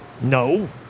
No